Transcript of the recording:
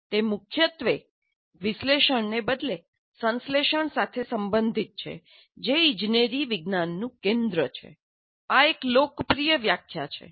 તે મુખ્યત્વે વિશ્લેષણને બદલે સંશ્લેષણ સાથે સંબંધિત છે જે ઇજનેરી વિજ્ઞાનનું કેન્દ્ર છે આ એક લોકપ્રિય વ્યાખ્યા છે